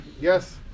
Yes